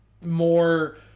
more